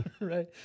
right